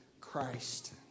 Christ